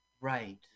Right